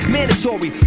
Mandatory